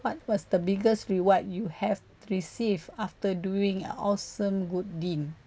what was the biggest reward you have received after doing awesome good deed